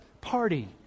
party